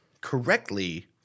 correctly